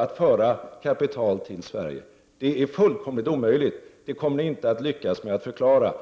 att föra kapital till Sverige? Det är fullkomligt omöjligt, och något annat kommer ni inte att lyckas med att förklara.